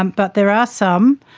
um but there are some.